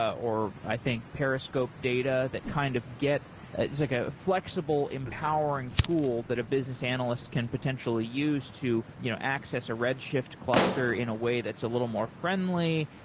or i think periscope data, that kind of get it's like a a flexible empowering tool that a business analyst can potentially use to you know access a red shift cluster in a way that's a little more friendly.